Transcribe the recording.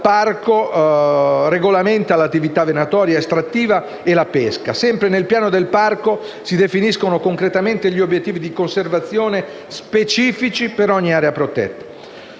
il parco regolamenta l’attività venatoria ed estrattiva e la pesca. Sempre nel piano del parco si definiscono gli obiettivi di conservazione specifici per ogni area protetta.